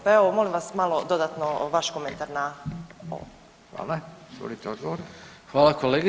Pa evo molim vas malo dodatno vaš komentar na ovo.